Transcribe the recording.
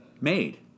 made